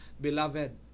beloved